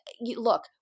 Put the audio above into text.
look